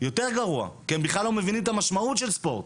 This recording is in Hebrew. כי הם בכלל לא מבינים את המשמעות של ספורט.